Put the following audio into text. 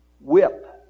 whip